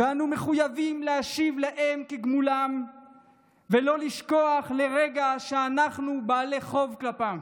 ואנו מחויבים להשיב להם כגמולם ולא לשכוח לרגע שאנחנו בעלי חוב כלפיהם.